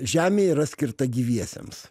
žemė yra skirta gyviesiems